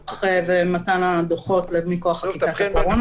הפיקוח במתן הדוחות מכוח חקיקת הקורונה,